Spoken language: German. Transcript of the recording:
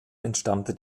entstammte